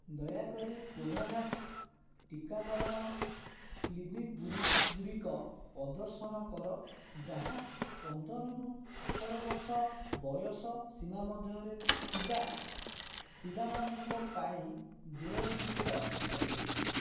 ଦୟାକରି କୋଭାଭ୍ୟାକ୍ସ ଟିକାକରଣ କ୍ଲିନିକ୍ ଗୁଡ଼ିକ ପ୍ରଦର୍ଶନ କର ଯାହା ପନ୍ଦରରୁ ସତର ବର୍ଷ ବୟସ ସୀମା ମଧ୍ୟରେ ଥିବା ପିଲାମାନଙ୍କ ପାଇଁ ଦେୟଯୁକ୍ତ ଅଟେ